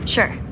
Sure